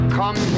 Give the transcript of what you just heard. come